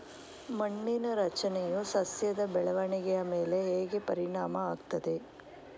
ಮಣ್ಣಿನ ರಚನೆಯು ಸಸ್ಯದ ಬೆಳವಣಿಗೆಯ ಮೇಲೆ ಹೇಗೆ ಪರಿಣಾಮ ಆಗ್ತದೆ?